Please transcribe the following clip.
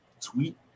tweet